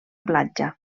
platja